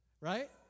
right